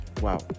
wow